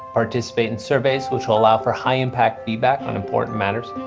participate in surveys which will allow for high impact feedback on important matters,